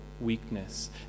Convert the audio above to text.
weakness